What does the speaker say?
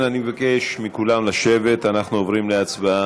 אם כן, אני מבקש מכולם לשבת, אנחנו עוברים להצבעה.